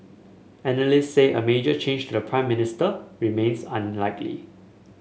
analyst say a major change to the Prime Minister remains unlikely